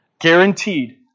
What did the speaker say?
Guaranteed